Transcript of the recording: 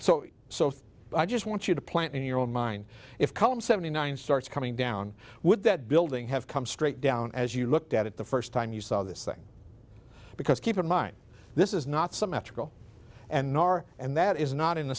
so so i just want you to plant in your own mind if column seventy nine starts coming down would that building have come straight down as you looked at it the first time you saw this thing because keep in mind this is not some magical and nor and that is not in the